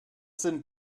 sind